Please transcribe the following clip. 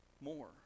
more